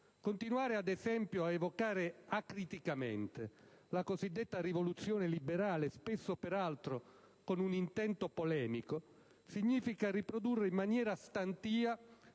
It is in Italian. Continuare, ad esempio, a evocare acriticamente la cosiddetta "rivoluzione liberale", spesso peraltro con un intento polemico, significa riprodurre in maniera stantia